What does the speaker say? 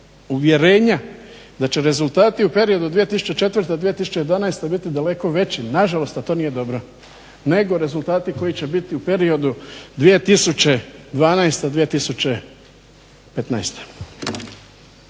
uvjerenja da će rezultati u periodu od 2004. do 2012. biti daleko veći, al' nažalost to nije dobro, nego rezultati koji će biti u periodu 2012. -2015.